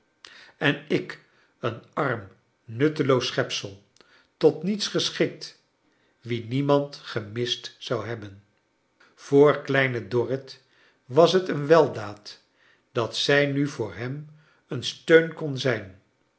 en ik een arm nutteloos schepsel tot niets geschikt wien niemand ge j mist zou hebben i voor kleine dorrlt was het een weldaad dat zij nu voor hem een steun kon zijn